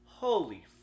Holy